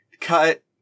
cut